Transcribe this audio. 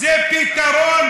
זה פתרון